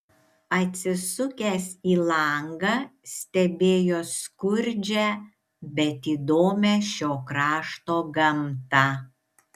atsisukęs į langą stebėjo skurdžią bet įdomią šio krašto gamtą